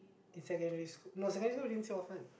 in secondary school no secondary school didn't see you often